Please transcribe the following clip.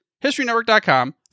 HistoryNetwork.com